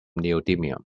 neodymium